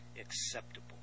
acceptable